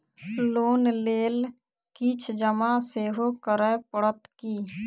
Loan लेल किछ जमा सेहो करै पड़त की?